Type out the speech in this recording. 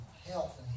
Health